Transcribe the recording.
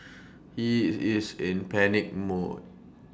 he is in panic mode